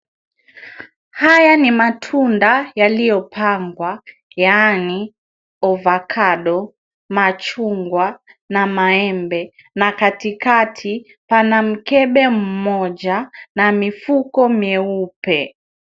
Haya ni matunda yaliyopangwa yaani ovacado , machungwa na maembe, na katikati kuna mkebe mmoja na mifuko mieupe.